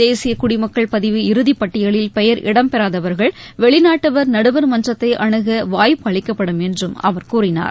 தேசிய குடமக்கள் பதிவு இறுதி பட்டியலில் பெயர் இடம்பெறாதவர்கள் வெளிநாட்டவர் நடுவர்மன்றத்தை அணுக வாய்ப்பு அளிக்கப்படும் என்றும் அவர் கூறினார்